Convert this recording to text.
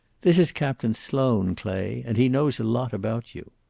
this is captain sloane, clay, and he knows a lot about you.